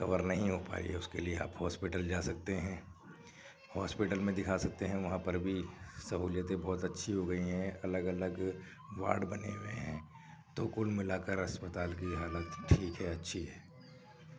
کور نہیں ہو پائی یا اس کے لیے آپ ہاسپٹل جا سکتے ہیں ہاسپٹل میں دکھا سکتے ہیں وہاں پر بھی سہولیتیں بہت اچھی ہو گئی ہیں الگ الگ وارڈ بنے ہوئے ہیں تو کل ملا کر اسپتال کی حالت ٹھیک ہے اچھی ہے